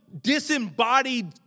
disembodied